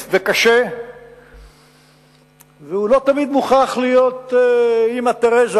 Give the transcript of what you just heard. וקשה והוא לא תמיד מוכרח להיות אמא תרזה,